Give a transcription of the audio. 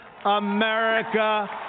America